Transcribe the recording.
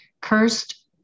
cursed